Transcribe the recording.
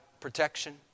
protection